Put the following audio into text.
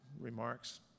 remarks